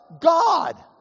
God